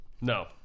No